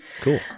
Cool